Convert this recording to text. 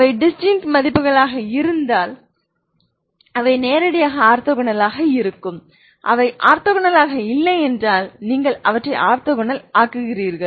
அவை டிஸ்டிங்க்ட் மதிப்புகளாக இருந்தால் அவை நேரடியாக ஆர்த்தோகோனலாக இருக்கும் அவை ஆர்த்தோகோனலாக இல்லையென்றால் நீங்கள் அவற்றை ஆர்த்தோகோனல் ஆக்குகிறீர்கள்